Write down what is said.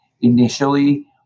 Initially